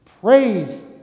Praise